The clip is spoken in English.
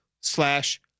slash